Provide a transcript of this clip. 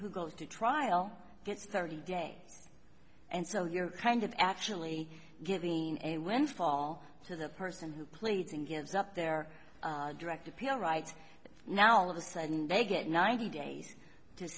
goes to trial gets thirty day and so you're kind of actually giving a windfall to the person who pleading gives up their direct appeal right now all of a sudden they get ninety days to